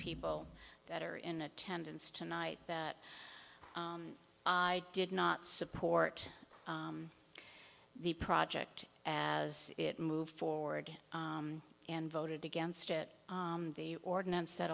people that are in attendance tonight that i did not support the project as it moved forward and voted against it the ordinance that